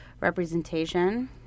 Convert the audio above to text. representation